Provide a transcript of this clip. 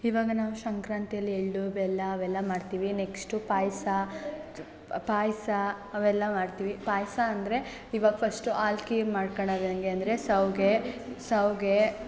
ಇವಾಗ ನಾವು ಸಂಕ್ರಾಂತಿಯಲ್ಲಿ ಎಳ್ಳು ಬೆಲ್ಲ ಅವೆಲ್ಲ ಮಾಡ್ತೀವಿ ನೆಕ್ಸ್ಟು ಪಾಯಸ ಪಾಯಸ ಅವೆಲ್ಲ ಮಾಡ್ತೀವಿ ಪಾಯಸ ಅಂದರೆ ಇವಾಗ ಫಶ್ಟು ಹಾಲ್ ಖೀರ್ ಮಾಡ್ಕಣದು ಹೆಂಗೆ ಅಂದರೆ ಶಾವ್ಗೇ ಶಾವ್ಗೇ